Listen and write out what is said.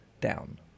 Down